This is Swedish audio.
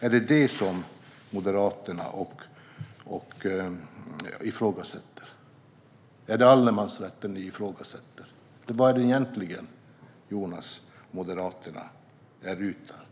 Är det detta Moderaterna ifrågasätter? Eller är det allemansrätten ni ifrågasätter? Vad är det egentligen Jonas och Moderaterna är ute efter?